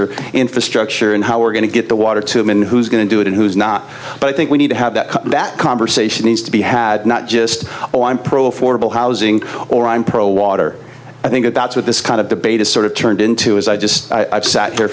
or infrastructure and how we're going to get the water to him and who's going to do it and who's not but i think we need to have that that conversation needs to be had not just on pro affordable housing or i'm pro water i think that's what this kind of debate is sort of turned into as i just